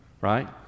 right